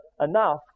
enough